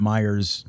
Myers